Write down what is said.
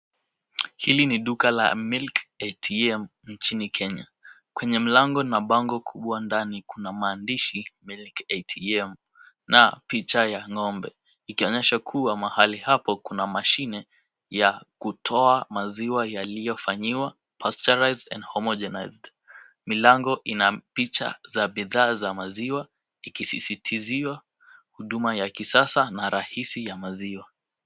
Hili ni duka la milk ATM, nchini Kenya. Kwenye mlango na bango kubwa ndani kuna maandishi 'MELIK ATM', na picha ya ng'ombe. Ikaonyesha kuwa mahali hapo kuna mashine ya kutoa maziwa yaliyofanyiwa 'pasteurized and homogenized' . Milango ina picha za bidhaa za maziwa, ikisisitizwa huduma ya kisasa na rahisi ya maziwa.